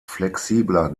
flexibler